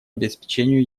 обеспечению